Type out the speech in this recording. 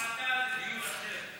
הפרטה זה דיון אחר.